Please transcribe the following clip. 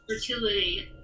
fertility